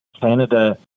Canada